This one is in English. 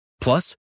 Plus